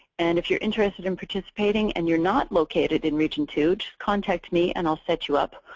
and if you're interested in participating, and you're not located in region two, just contact me and i'll set you up.